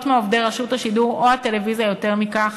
מעובדי רשות השידור או הטלוויזיה החינוכית אף יותר מכך,